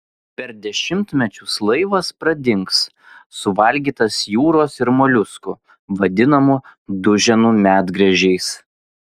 per dešimtmečius laivas pradings suvalgytas jūros ir moliuskų vadinamų duženų medgręžiais